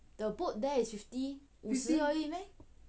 the boat there is fifty 五十而已 meh